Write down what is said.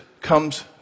comes